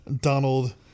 Donald